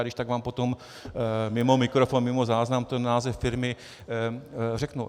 Já když tak vám potom mimo mikrofon, mimo záznam název firmy řeknu.